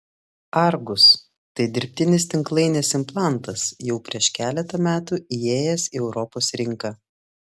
argus tai dirbtinis tinklainės implantas jau prieš keletą metų įėjęs į europos rinką